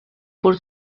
por